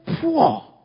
poor